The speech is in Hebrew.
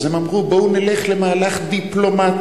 אז הם אמרו: בואו נלך למהלך דיפלומטי